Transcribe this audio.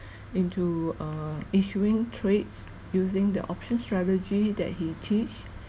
into err issuing trades using the option strategy that he teach